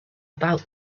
about